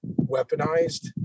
weaponized